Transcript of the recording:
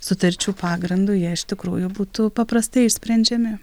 sutarčių pagrindu jie iš tikrųjų būtų paprastai išsprendžiami